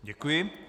Děkuji.